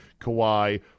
Kawhi